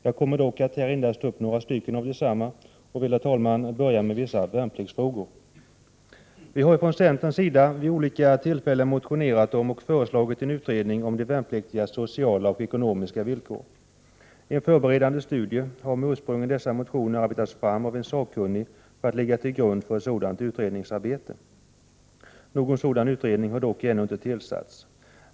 Jag kommer dock att här ta upp endast några och vill, herr talman, börja med vissa värnpliktsfrågor. Från centerns sida har vi vid olika tillfällen motionerat om och föreslagit en utredning om de värnpliktigas sociala och ekonomiska villkor. En förberedande studie har med ursprung i dessa motioner arbetats fram av en sakkunnig för att ligga till grund för ett sådant utredningsarbete. Någon utredning har dock ännu inte tillsatts.